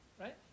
right